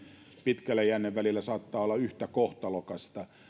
pitkällä jännevälillä saattaa olla yhtä kohtalokasta